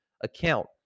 account